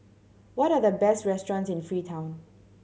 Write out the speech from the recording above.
what are the best restaurants in Freetown